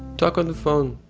talk on the phone!